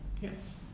Yes